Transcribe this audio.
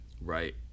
Right